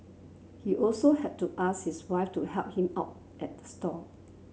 he also had to ask his wife to help him out at the stall